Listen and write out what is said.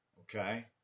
Okay